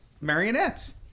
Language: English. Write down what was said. marionettes